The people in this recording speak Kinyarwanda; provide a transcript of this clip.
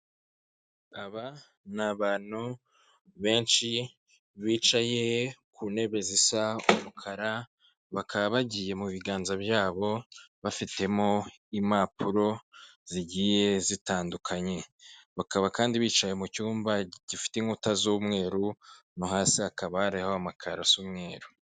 Aba ni abantu benshi bicaye ku ntebe zisa umukara, bakaba bagiye mu biganza byabo bafitemo impapuro zigiye zitandukanye, bakaba kandi bicaye mu cyumba gifite inkuta z'umweru no hasi hakaba hariho amakaro asa umweru.